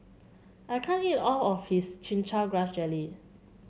I can't eat all of this Chin Chow Grass Jelly